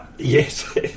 Yes